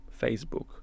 Facebook